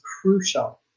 crucial